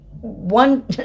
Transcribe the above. one